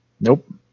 Nope